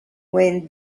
when